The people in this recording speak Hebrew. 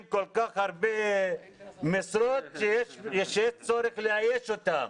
כל כך הרבה משרות שיש צורך לאייש אותן.